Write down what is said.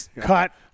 cut